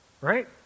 right